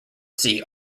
sea